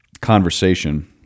conversation